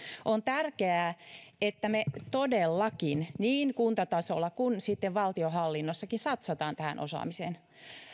on tärkeää että me todellakin niin kuntatasolla kuin sitten valtionhallinnossakin satsaamme tähän osaamiseen